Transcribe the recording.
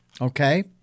Okay